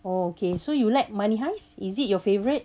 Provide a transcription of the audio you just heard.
okay so you like money heist is it your favourite